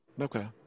Okay